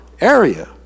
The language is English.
area